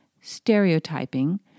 stereotyping